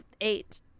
eight